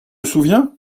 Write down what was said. souviens